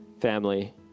family